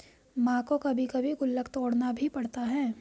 मां को कभी कभी गुल्लक तोड़ना भी पड़ता है